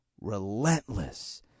relentless